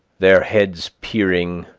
their heads peering,